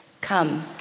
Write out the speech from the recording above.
Come